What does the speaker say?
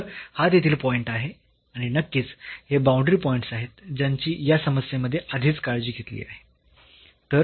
तर हा तेथील पॉईंट आहे आणि नक्कीच हे बाऊंडरी पॉईंट्स आहेत ज्यांची या समस्येमध्ये आधीच काळजी घेतली आहे